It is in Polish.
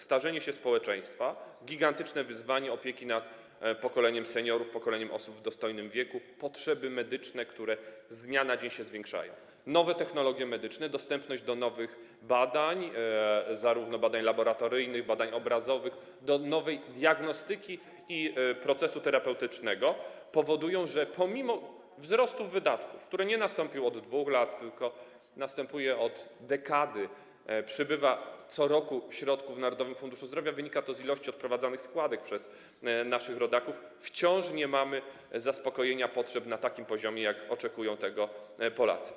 Starzenie się społeczeństwa, gigantyczne wyzwania opieki nad pokoleniem seniorów, pokoleniem osób w dostojnym wieku, potrzeby medyczne, które z dnia na dzień się zwiększają, nowe technologie medyczne, dostęp do nowych badań, zarówno badań laboratoryjnych, jak i badań obrazowych, do nowej diagnostyki i procesu terapeutycznego powodują, że pomimo wzrostu wydatków, który nastąpił nie od 2 lat, tylko następuje od dekady - przybywa co roku środków w Narodowym Funduszu Zdrowia, wynika to z ilości składek odprowadzanych przez naszych rodaków - wciąż nie mamy potrzeb zaspokojonych na takim poziomie, na jakim oczekują tego Polacy.